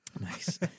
Nice